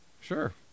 sure